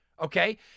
okay